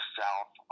south